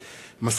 הכנסת,